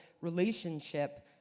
relationship